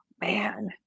man